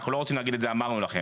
אנחנו לא רוצים להגיד 'אמרנו לכם'.